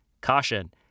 caution